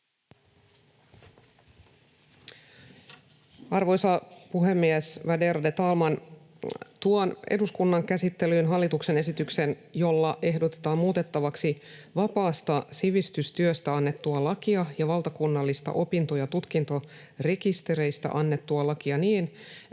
Arvoisa puhemies, värderade talman! Tuon eduskunnan käsittelyyn hallituksen esityksen, jolla ehdotetaan muutettavaksi vapaasta sivistystyöstä annettua lakia ja valtakunnallista opinto- ja tutkintorekistereistä annettua lakia niin, että